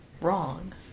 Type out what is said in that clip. wrong